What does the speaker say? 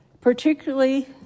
Particularly